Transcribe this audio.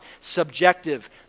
subjective